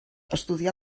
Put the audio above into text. estudià